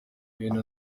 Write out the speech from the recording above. ibintu